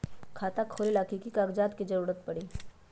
खाता खोले ला कि कि कागजात के जरूरत परी?